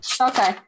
Okay